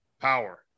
Power